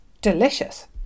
Delicious